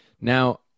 Now